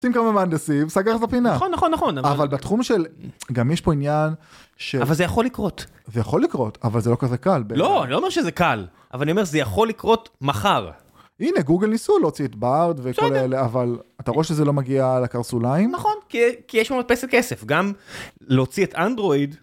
מוצאים כמה מהנדסים - סגרת פינה. -נכון נכון נכון, -אבל בתחום של... גם יש פה עניין ש... -אבל זה יכול לקרות -זה יכול לקרות אבל זה לא כזה קל. -לא, אני לא אומר שזה קל אבל אני אומר שזה יכול לקרות מחר. -הנה גוגל ניסו להוציא את בארד. -בסדר... -וכל אלה אבל אתה רואה שזה לא מגיע לקרסוליים -נכון כי יש מדפסת כסף גם להוציא את אנדרואיד.